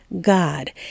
God